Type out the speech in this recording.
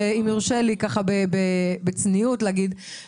ואם יורשה לי כך בצניעות להגיד,